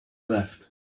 left